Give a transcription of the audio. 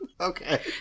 Okay